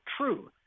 true